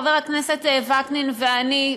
חבר הכנסת וקנין ואני,